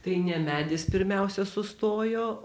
tai ne medis pirmiausia sustojo